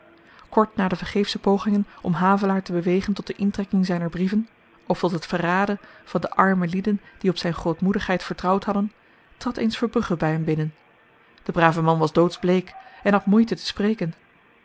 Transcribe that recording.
kort na de vergeefsche pogingen om havelaar te bewegen tot de intrekking zyner brieven of tot het verraden van de arme lieden die op zyn grootmoedigheid vertrouwd hadden trad eens verbrugge by hem binnen de brave man was doodsbleek en had moeite te spreken